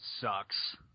sucks